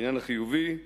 העניין החיובי הוא,